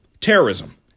Terrorism